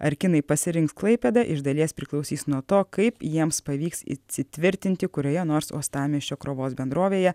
ar kinai pasirinks klaipėdą iš dalies priklausys nuo to kaip jiems pavyks įsitvirtinti kurioje nors uostamiesčio krovos bendrovėje